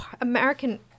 American